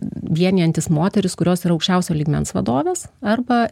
vienijantis moteris kurios yra aukščiausio lygmens vadovės arba